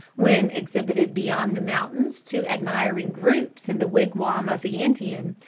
when exhibited beyond the mountains to admiring groups in the wigwam of the indian,